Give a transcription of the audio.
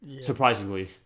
Surprisingly